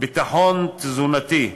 ביטחון תזונתי,